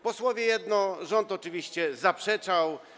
Posłowie jedno - rząd oczywiście zaprzeczał.